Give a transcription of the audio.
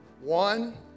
One